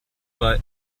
but